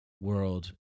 world